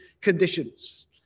conditions